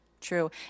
true